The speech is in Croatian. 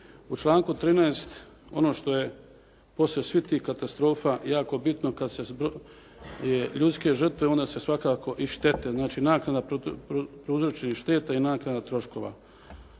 U članku 13. ono što je poslije svih tih katastrofa jako bitno kada se zbroje ljudske žrtve onda se svakako i štete, znači naknada prouzročenih šteta i naknada troškova.